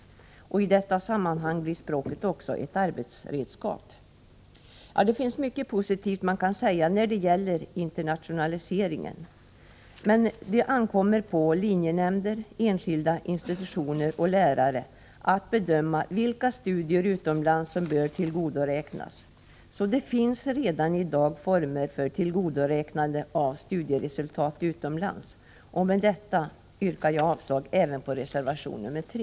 I detta sammanhang blir språket också ett arbetsredskap. Det finns mycket positivt att säga om internationaliseringen, men det ankommer på linjenämnder, enskilda institutioner och lärare att bedöma vilka studier utomlands som bör tillgodoräknas. Det finns alltså redan i dag former för tillgodoräknande av studieresultat utomlands. Med detta yrkar jag avslag även på reservation nr 3.